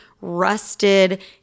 rusted